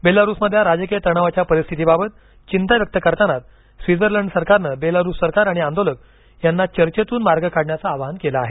बेलारूसमधल्या राजकीय तणावाच्या परिस्थितीबाबत चिंता व्यक्त करतानाच स्वित्झर्लंड सरकारनं बेलारूस सरकार आणि आंदोलक यांना चर्चेतून मार्ग काढण्याचं आवाहन केलं आहे